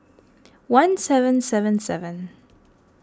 one seven seven seven